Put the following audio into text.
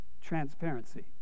Transparency